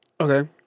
Okay